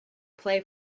play